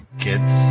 kids